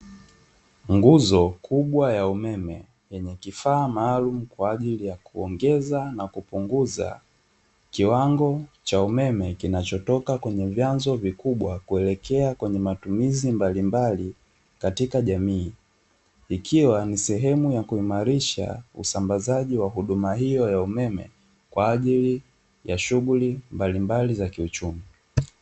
Nguzo kubwa ya umeme yenye kifaa maalum kwa ajili ya kuongeza na kupunguza kiwango cha umeme, kinachotoka kwenye vyanzo vikubwa kuelekea kwenye matumizi mbalimbali katika jamii. Ikiwa ni sehemu ya kuimarisha usambazaji wa huduma hiyo ya umeme kwa ajili ya shughuli mbalimbali za kiuchumi.